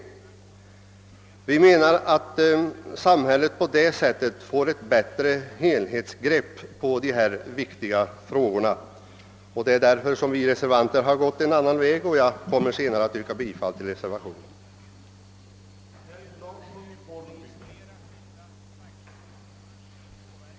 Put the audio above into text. Vi anser att samhället på det sättet får ett bättre helhetsgrepp på dessa viktiga frågor. Det är av denna anledning som vi reservanter gått en annan väg än utskottsmajoriteten. Jag kommer senare att yrka bifall till reservationen vid allmänna beredningsutskottets utlåtande nr 23.